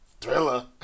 Thriller